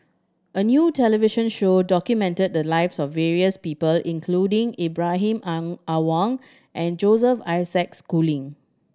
a new television show documented the lives of various people including Ibrahim Ang Awang and Joseph Isaac Schooling